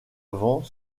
vent